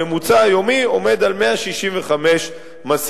הממוצע היומי עומד על 165 משאיות.